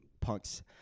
punks